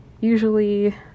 usually